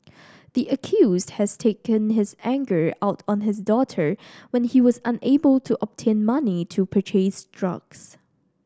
the accused had taken his anger out on his daughter when he was unable to obtain money to purchase drugs